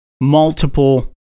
multiple